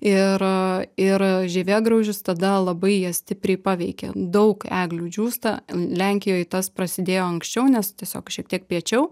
ir ir žievėgraužis tada labai ją stipriai paveikė daug eglių džiūsta lenkijoj tas prasidėjo anksčiau nes tiesiog šiek tiek piečiau